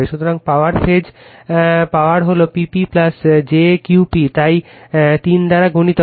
সুতরাং power phase power হল P p jQ p তাই 3 দ্বারা গুণিত হয়